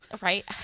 Right